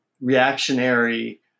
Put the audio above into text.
reactionary